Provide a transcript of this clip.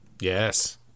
Yes